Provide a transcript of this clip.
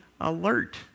alert